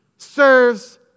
serves